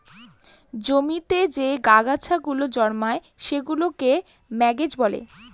জমিতে যে আগাছা গুলো জন্মায় সেগুলোকে ম্যানেজ করে